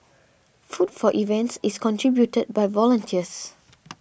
food for events is contributed by volunteers